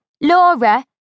Laura